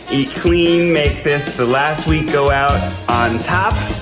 eat clean. make this the last week go out on top.